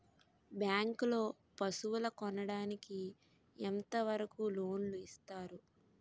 Bank లో పశువుల కొనడానికి ఎంత వరకు లోన్ లు ఇస్తారు?